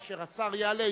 כאשר השר יעלה,